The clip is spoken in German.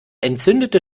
entzündete